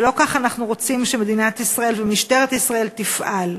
ולא כך אנחנו רוצים שמדינת ישראל ומשטרת ישראל יפעלו.